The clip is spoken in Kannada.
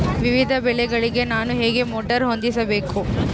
ವಿವಿಧ ಬೆಳೆಗಳಿಗೆ ನಾನು ಹೇಗೆ ಮೋಟಾರ್ ಹೊಂದಿಸಬೇಕು?